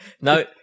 no